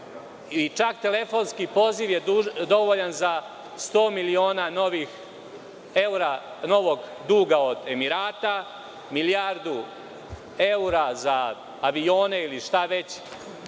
Čak telefonski poziv je dovoljan za 100 miliona evra novog duga od Emirata, milijardu evra za avione ili šta već